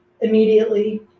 immediately